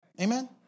Amen